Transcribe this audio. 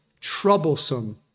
troublesome